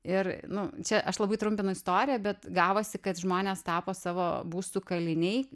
ir nu čia aš labai trumpinu istoriją bet gavosi kad žmonės tapo savo būstų kaliniai